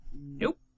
Nope